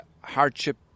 hardship